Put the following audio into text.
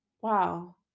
wow